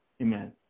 Amen